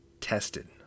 tested